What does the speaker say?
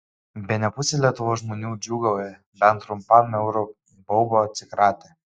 bene pusė lietuvos žmonių džiūgauja bent trumpam euro baubo atsikratę